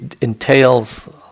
entails